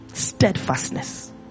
steadfastness